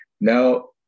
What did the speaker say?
Now